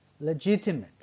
legitimate